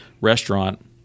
restaurant